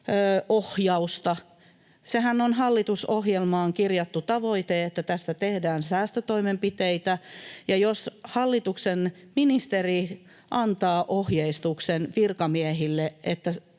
ohjausta. Sehän on hallitusohjelmaan kirjattu tavoite, että tästä tehdään säästötoimenpiteitä, ja jos hallituksen ministeri antaa ohjeistuksen virkamiehille,